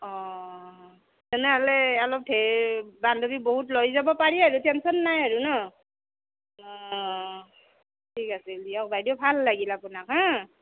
অ' তেনেহ'লে অলপ ঢেৰ বান্ধৱী বহুত লৈ যাব পাৰি আৰু টেনশ্যন নাই আৰু ন অ' ঠিক আছে দিয়ক বাইদেউ ভাল লাগিল আপোনাক হা